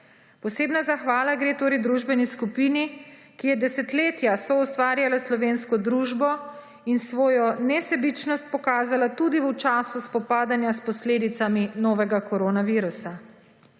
Posebna zahvala gre družbeni skupini, ki je desetletja soustvarjala slovensko družbo in svojo nesebičnost pokazala tudi v času spopadanja s posledicami novega korona virusa.